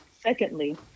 Secondly